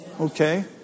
Okay